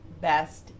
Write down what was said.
Best